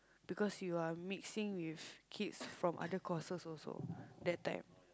because you are mixing with kids from other courses also that time